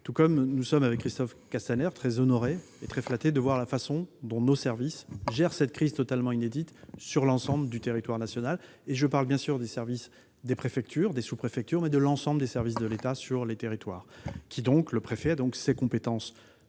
un grand honneur. Christophe Castaner et moi-même sommes très flattés de voir la façon dont nos services gèrent cette crise totalement inédite sur l'ensemble du territoire national. Je parle bien sûr des services des préfectures, des sous-préfectures, et de l'ensemble des services de l'État sur les territoires. Les préfets ont donc des compétences